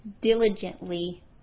diligently